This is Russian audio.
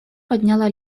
подняла